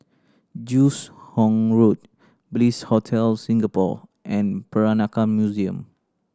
Joos Hong Road Bliss Hotel Singapore and Peranakan Museum